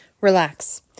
Relax